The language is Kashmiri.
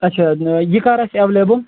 اچھا یہِ کَر آسہِ ایٚولیبٕل